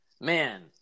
man